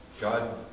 God